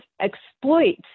exploit